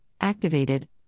activated